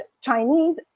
Chinese